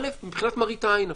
א' מבחינת מראית עין אפילו.